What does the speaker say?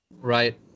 Right